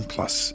Plus